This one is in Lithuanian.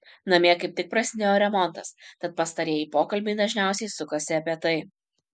namie kaip tik prasidėjo remontas tad pastarieji pokalbiai dažniausiai sukasi apie tai